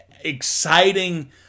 exciting